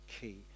key